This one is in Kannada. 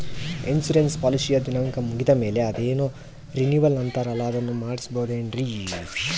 ಇನ್ಸೂರೆನ್ಸ್ ಪಾಲಿಸಿಯ ದಿನಾಂಕ ಮುಗಿದ ಮೇಲೆ ಅದೇನೋ ರಿನೀವಲ್ ಅಂತಾರಲ್ಲ ಅದನ್ನು ಮಾಡಿಸಬಹುದೇನ್ರಿ?